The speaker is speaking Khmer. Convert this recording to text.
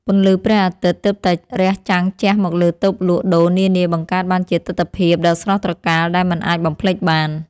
ពន្លឺព្រះអាទិត្យទើបតែរះចាំងជះមកលើតូបលក់ដូរនានាបង្កើតបានជាទិដ្ឋភាពដ៏ស្រស់ត្រកាលដែលមិនអាចបំភ្លេចបាន។